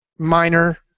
Minor